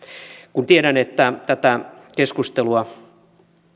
kun tiedän että tätä keskustelua